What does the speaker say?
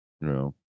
no